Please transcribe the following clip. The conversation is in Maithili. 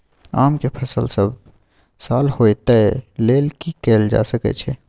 आम के फसल सब साल होय तै लेल की कैल जा सकै छै?